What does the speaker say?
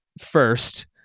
first